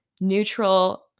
neutral